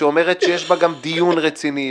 שזה אומר שיש גם דיון רציני,